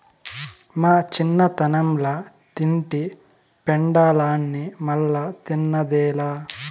మా చిన్నతనంల తింటి పెండలాన్ని మల్లా తిన్నదేలా